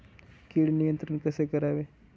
कीड नियंत्रण कसे करावे?